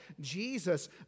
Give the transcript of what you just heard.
Jesus